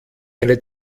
eine